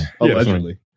Allegedly